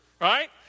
right